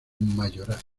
mayorazgo